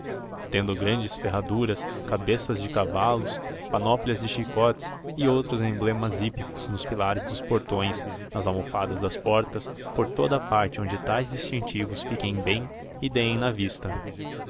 tendo grandes ferraduras cabeça de cavalos panóplias de chicotes e outros emblemas hípicos nos pilares dos portões nas almofadas das portas por toda parte onde tais distintivos fiquem bem e dêem na vista